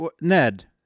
Ned